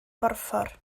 borffor